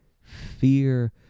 fear